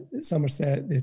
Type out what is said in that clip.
Somerset